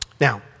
Now